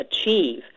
achieve